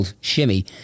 shimmy